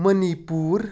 money پوٗر